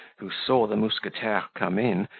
who saw the mousquetaire come in,